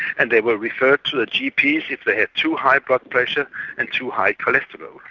and they were referred to their gps if they had too high blood pressure and too high cholesterol.